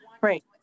Right